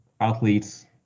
athletes